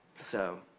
so,